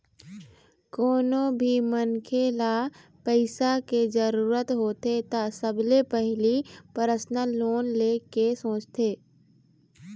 कोनो भी मनखे ल पइसा के जरूरत होथे त सबले पहिली परसनल लोन ले के सोचथे